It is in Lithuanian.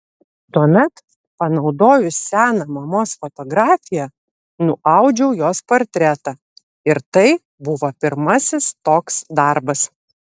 tuomet panaudojus seną mamos fotografiją nuaudžiau jos portretą ir tai buvo pirmasis toks darbas